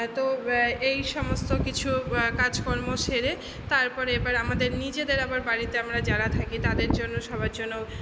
এত এই সমস্ত কিছু কাজকর্ম সেরে তারপরে এবার আমাদের নিজেদের আবার বাড়িতে আমরা যারা থাকি তাদের জন্য সবার জন্য